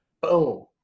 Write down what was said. boom